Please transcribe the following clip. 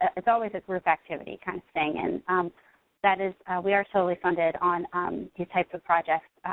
it's always a group activity kind of thing, and that is we are solely funded on um these types of projects.